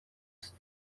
هستی